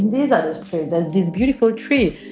there's others, too. there's this beautiful tree